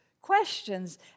questions